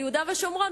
אבל יהודה ושומרון,